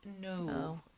No